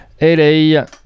LA